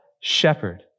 shepherd